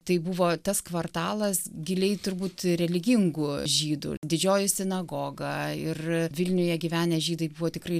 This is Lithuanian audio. tai buvo tas kvartalas giliai turbūt religingų žydų didžioji sinagoga ir vilniuje gyvenę žydai buvo tikrai